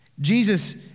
Jesus